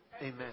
Amen